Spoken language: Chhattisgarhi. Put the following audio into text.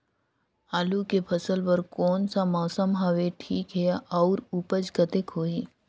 आलू के फसल बर कोन सा मौसम हवे ठीक हे अउर ऊपज कतेक होही?